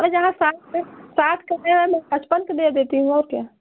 ओ जहाँ साठ साठ का है ना मैं पचपन का दे देती हूँ और क्या